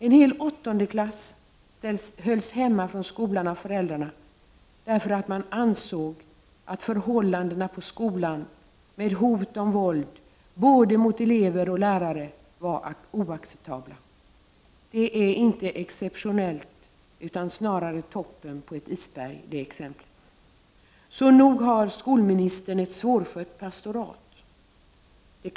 En hel åttondeklass i Malmö hölls hemma från skolan av föräldrarna, därför att man ansåg att förhållandena i skolan, med hot om våld både mot elever och lärare, var oacceptabla. Det exemplet är inte exceptionellt utan snarare toppen på ett isberg. Så nog har skolministern ett svårskött pastorat. Det kräver mer än snabb Prot.